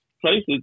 places